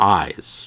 eyes